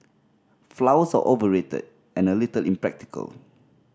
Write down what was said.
flowers are overrated and a little impractical